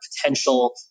potential